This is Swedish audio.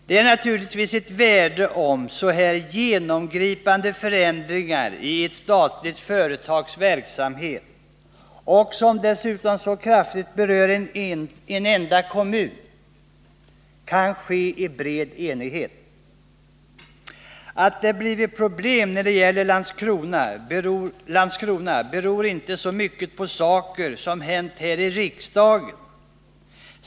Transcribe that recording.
Det är naturligtvis av värde om så här genomgripande förändringar i ett statligt företags verksamhet — vilka dessutom så kraftigt berör en enda kommun — kan ske i bred enighet. Nr 164 Att det blivit problem när det gäller Landskrona beror inte så mycket på Torsdagen den saker som hänt här i riksdagen.